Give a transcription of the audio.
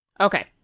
Okay